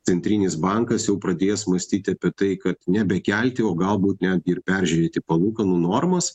centrinis bankas jau pradės mąstyt apie tai kad nebekelti o galbūt netgi ir peržiūrėti palūkanų normos